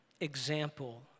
example